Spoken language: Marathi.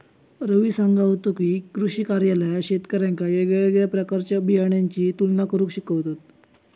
रवी सांगा होतो की, कृषी कार्यालयात शेतकऱ्यांका येगयेगळ्या प्रकारच्या बियाणांची तुलना करुक शिकवतत